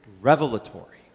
revelatory